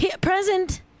present